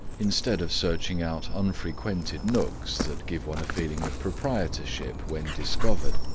instead of searching out unfrequented nooks that give one a feeling of proprietorship when discovered.